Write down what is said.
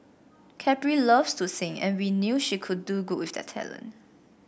Capri loves to sing and we knew she could do good with that talent